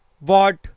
watt